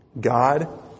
God